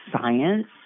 science